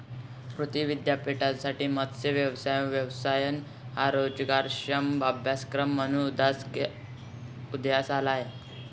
कृषी विद्यापीठांमध्ये मत्स्य व्यवसाय व्यवस्थापन हा रोजगारक्षम अभ्यासक्रम म्हणून उदयास आला आहे